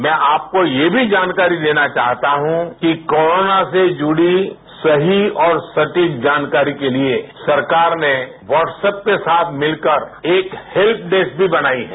मैं आपको यह भी जानकारी देना चाहता हूं कि कोरोना से जुडी सही और सटीक जानकारी के लिए सरकार ने व्हाट्सप के साथ मिलकर एक हेल्प डेस्क मी बनायी है